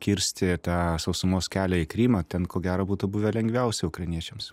kirsti tą sausumos kelią į krymą ten ko gero būtų buvę lengviausia ukrainiečiams